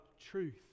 truth